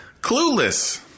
clueless